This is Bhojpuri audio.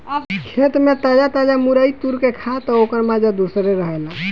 खेते में ताजा ताजा मुरई तुर के खा तअ ओकर माजा दूसरे रहेला